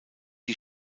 die